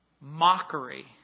Mockery